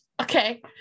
Okay